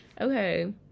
Okay